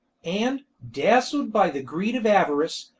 and, dazzled by the greed of avarice,